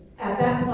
at that